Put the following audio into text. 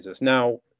Now